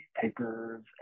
papers